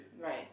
Right